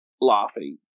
laughing